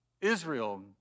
Israel